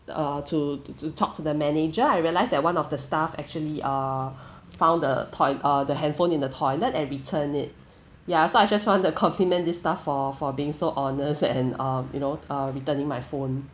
uh to to talk to the manager I realize that one of the staff actually err found the toy uh the handphone in the toilet and return it ya so I just want the compliment this staff for for being so honest and uh you know uh returning my phone